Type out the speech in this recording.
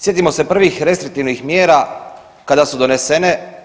Sjetimo se prvih restriktivnih mjera kada su donesene.